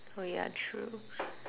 oh ya true